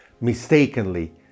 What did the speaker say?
Mistakenly